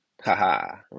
haha